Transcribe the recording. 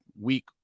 weak